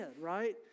right